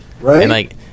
Right